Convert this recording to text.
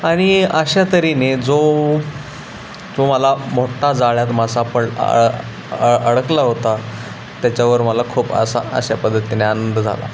आणि अशा तऱ्हेने जो जो मला मोठा जाळ्यात मासा पड अडकला होता त्याच्यावर मला खूप असा अशा पद्धतीने आनंद झाला